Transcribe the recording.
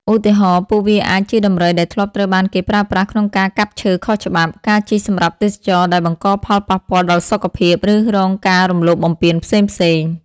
ឧទាហរណ៍ ពួកវាអាចជាដំរីដែលធ្លាប់ត្រូវបានគេប្រើប្រាស់ក្នុងការកាប់ឈើខុសច្បាប់ ការជិះសម្រាប់ទេសចរណ៍ដែលបង្កផលប៉ះពាល់ដល់សុខភាព ឬរងការរំលោភបំពានផ្សេងៗ។